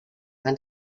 van